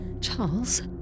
Charles